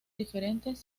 diferentes